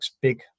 big